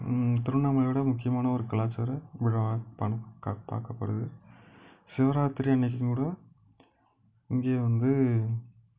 திருவண்ணாமலையோட முக்கியமான ஒரு கலாச்சார விழாவா பார்க்கப்படுது சிவராத்திரி அன்னைக்கு கூட இங்கே வந்து